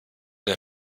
der